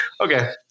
okay